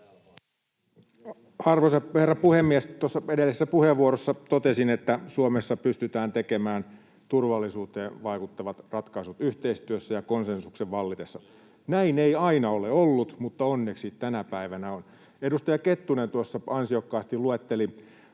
herra puhemies! Edellisessä puheenvuorossani totesin, että Suomessa pystytään tekemään turvallisuuteen vaikuttavat ratkaisut yhteistyössä ja konsensuksen vallitessa. Näin ei aina ole ollut, mutta onneksi tänä päivänä on. Edustaja Kettunen tuossa ansiokkaasti luetteli